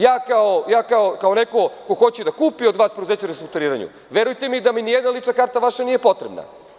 Ja kao neko ko hoće da kupi od vas preduzeće u restrukturiranju, verujte mi da mi nijedna vaša lična karta nije potrebna.